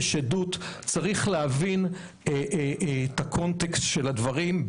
יש עדות וצריך להבין את הקונטקסט של הדברים,